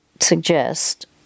suggest